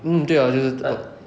mm 对 ah 就是 food